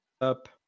up